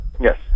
Yes